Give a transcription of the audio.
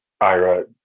Ira